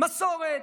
מסורת.